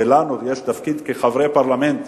ולנו יש תפקיד כחברי פרלמנט,